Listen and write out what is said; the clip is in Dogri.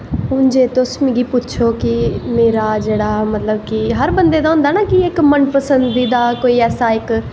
हून तुस मिगी पुच्छो कि मेरा जेह्ड़ा हर बंदे दा होंदा ना कोई मन पसंदी दा इक